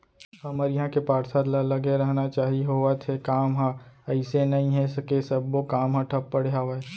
हमर इहाँ के पार्षद ल लगे रहना चाहीं होवत हे काम ह अइसे नई हे के सब्बो काम ह ठप पड़े हवय